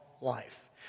life